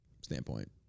standpoint